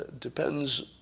Depends